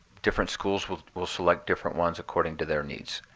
different schools will will select different ones according to their needs.